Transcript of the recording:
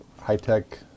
high-tech